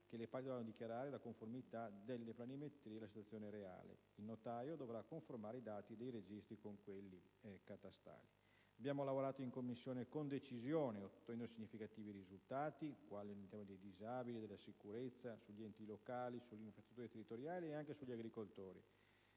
le parti dovranno dichiarare la conformità delle planimetrie alla situazione reale ed il notaio dovrà conformare i dati dei registri con quelli catastali. Abbiamo lavorato in Commissione con decisione, ottenendo significativi risultati in tema di disabili, sicurezza, enti locali, infrastrutture territoriali ed agricoltori.